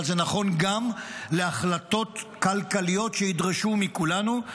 אבל זה נכון גם להחלטות כלכליות שידרשו מכולנו.